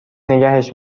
نگهش